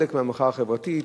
חלק מהמחאה החברתית,